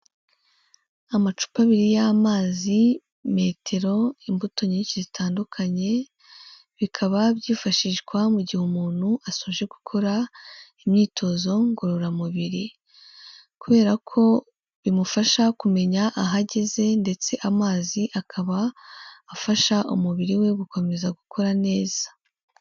Amacupa abiri y'amazi, metero, imbuto nyinshi zitandukanye, bikaba byifashishwa mu gihe umuntu asoje gukora imyitozo ngororamubiri kubera ko bimufasha kumenya aho ageze ndetse amazi akaba afasha umubiri we gukomeza gukora neza.